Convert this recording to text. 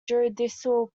judicial